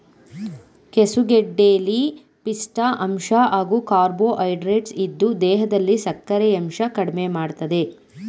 ಕೆಸುಗೆಡ್ಡೆಲಿ ಪಿಷ್ಠ ಅಂಶ ಹಾಗೂ ಕಾರ್ಬೋಹೈಡ್ರೇಟ್ಸ್ ಇದ್ದು ದೇಹದಲ್ಲಿ ಸಕ್ಕರೆಯಂಶ ಕಡ್ಮೆಮಾಡ್ತದೆ